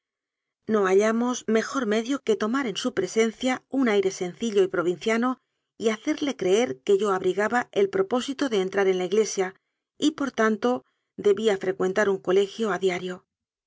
no hallamos mejor medio que tomar en su presencia un aire sencillo y provinciano y hacerle creer que yo abrigaba el propósito de entrar en la iglesia y por tanto de bía frecuentar un colegio a diario